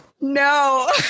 No